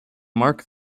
mark